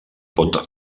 pot